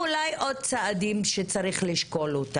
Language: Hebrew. אולי גם עוד צעדים שצריך לשקול.